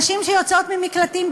נשים שיוצאות ממקלטים,